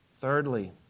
Thirdly